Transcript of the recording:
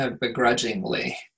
begrudgingly